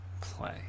play